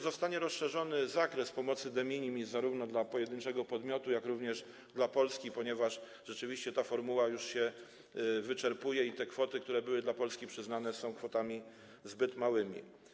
Zostanie rozszerzony zakres pomocy de minimis zarówno dla pojedynczego podmiotu, jak również dla Polski, ponieważ rzeczywiście ta formuła już się wyczerpuje i te kwoty, które były Polsce przyznane, są kwotami zbyt małymi.